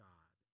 God